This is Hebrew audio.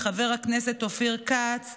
לחבר הכנסת אופיר כץ,